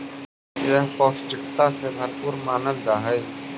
यह पौष्टिकता से भरपूर मानल जा हई